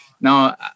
Now